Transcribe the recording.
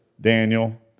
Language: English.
Daniel